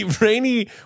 Rainy